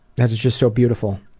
that is just so beautiful.